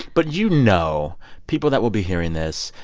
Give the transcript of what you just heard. but you know people that will be hearing this,